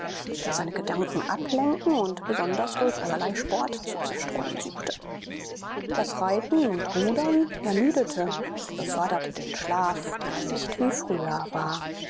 der seine gedanken abzulenken und besonders durch allerlei sport zu zerstreuen suchte das reiten und rudern ermüdete und beförderte den schlaf der nicht wie früher war